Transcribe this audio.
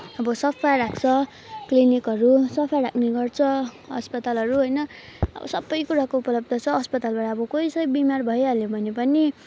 अब सफा राख्छ क्लिनिकहरू सफा राख्ने गर्छ अस्पतालहरू होइन अब सबै कुराको उपलब्ध छ अस्पतालबाट अब कोही बिमार भइहाल्यो भने पनि